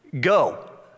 go